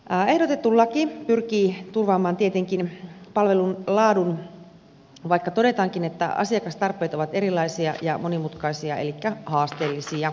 ehdotettu laki pyrkii turvaamaan tietenkin palvelun laadun vaikka todetaankin että asiakastarpeet ovat erilaisia ja monimutkaisia elikkä haasteellisia